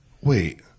wait